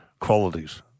qualities